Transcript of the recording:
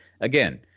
again